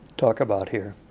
talk about here,